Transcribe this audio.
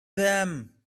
them